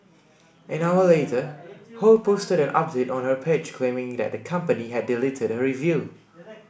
an hour later Ho posted an update on her page claiming that the company had deleted her review